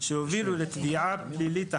שהובילו לתביעה פלילית אחת,